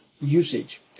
usage